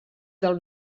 del